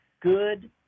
good